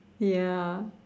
ya